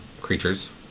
creatures